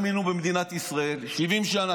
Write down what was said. עד היום איך מינו במדינת ישראל 70 שנה,